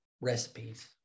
recipes